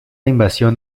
invasión